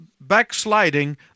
backsliding